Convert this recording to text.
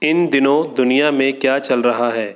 इन दिनों दुनिया में क्या चल रहा है